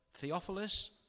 Theophilus